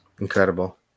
Incredible